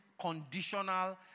conditional